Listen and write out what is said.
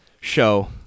show